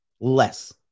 Less